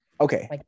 Okay